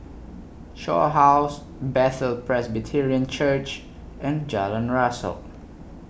Shaw House Bethel Presbyterian Church and Jalan Rasok